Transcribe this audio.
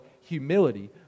humility